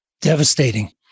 Devastating